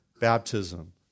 baptism